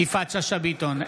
יפעת שאשא ביטון,